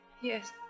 Yes